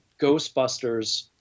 Ghostbusters